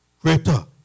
Greater